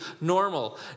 normal